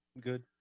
Good